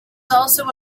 also